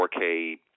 4K